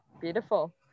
Beautiful